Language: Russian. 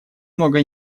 много